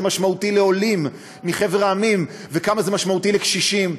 משמעותי לעולים מחבר העמים וכמה זה משמעותי לקשישים.